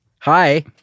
Hi